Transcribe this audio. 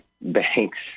Bank's